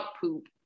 poop